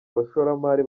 abashoramari